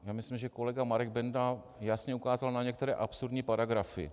Já myslím, že kolega Marek Benda jasně ukázal na některé absurdní paragrafy.